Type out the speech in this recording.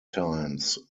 times